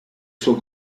suo